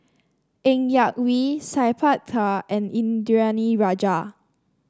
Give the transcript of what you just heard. Ng Yak Whee Sat Pal Khattar and Indranee Rajah